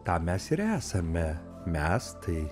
tam mes ir esame mes tai